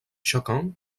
chacun